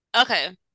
Okay